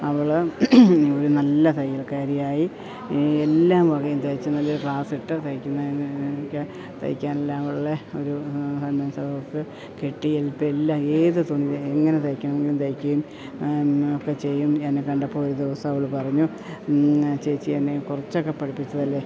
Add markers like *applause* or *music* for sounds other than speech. അവൾ ഒരു നല്ല തൽക്കാരിയായി എല്ലാം വകയും തയ്ച്ച് നല്ല ക്ലാസ് ഇട്ട് തയ്ക്കുന്നതിന് തയ്ക്കാനെല്ലാം ഉള്ള ഒരു *unintelligible* കിട്ടി അൽപ്പം എല്ലാം ഏതു തുണി എങ്ങനെ തയ്ക്കണമെങ്കിലും തയ്ക്കുകയും ഒക്കെ ചെയ്യും എന്നെ കണ്ടപ്പോൾ ഒരു ദിവസം അവൾ പറഞ്ഞു ചേച്ചി എന്നെ കുറച്ചൊക്കെ പഠിപ്പിച്ചതല്ലേ